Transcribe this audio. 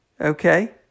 Okay